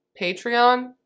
Patreon